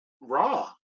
raw